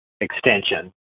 extension